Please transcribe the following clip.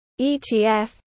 ETF